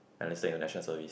enlisted into National Service